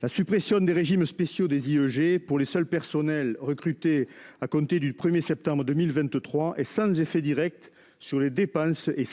La suppression des régimes spéciaux des IEG pour les seuls personnels recrutés à compter du 1 septembre 2023 est sans effet direct sur les dépenses et